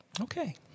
Okay